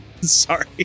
Sorry